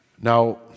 Now